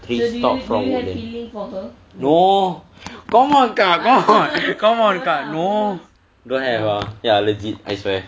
three stop from work then no come on kak come on come on kak no don't have ah ya legit I swear